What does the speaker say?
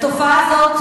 לתופעה הזאת,